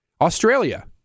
Australia